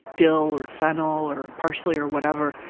dill, or fennel or parsley or whatever.